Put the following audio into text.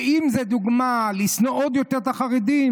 ואם זה לדוגמה לשנוא עוד יותר את החרדים,